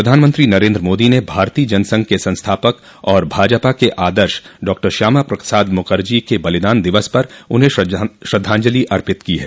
प्रधानमंत्री नरेंद्र मोदी ने भारतीय जनसंघ के संस्थापक और भाजपा के आदर्श डॉ श्यामा प्रसाद मुखर्जी के बलिदान दिवस पर उन्हें श्रद्धांजलि अर्पित की है